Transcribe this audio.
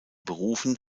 berufen